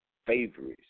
Favorites